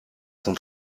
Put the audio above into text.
son